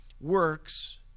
works